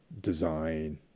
design